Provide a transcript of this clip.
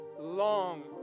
long